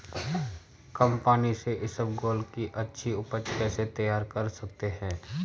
कम पानी से इसबगोल की अच्छी ऊपज कैसे तैयार कर सकते हैं?